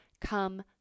come